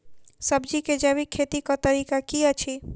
सब्जी केँ जैविक खेती कऽ तरीका की अछि?